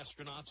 astronauts